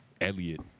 Elliot